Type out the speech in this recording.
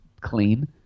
clean